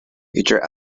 future